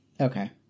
Okay